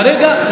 כרגע,